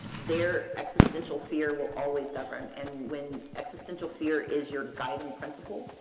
their existential fear will always govern. and when existential fear is your guiding principle,